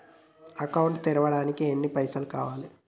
Account తెరవడానికి ఎన్ని పైసల్ కావాలే?